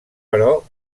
però